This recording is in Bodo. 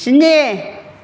स्नि